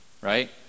right